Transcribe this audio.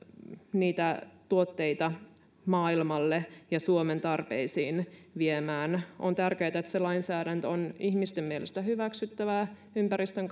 niitä tuotteita maailmalle ja suomen tarpeisiin viemään on tärkeätä että se lainsäädäntö on ihmisten mielestä hyväksyttävää ympäristön